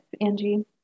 Angie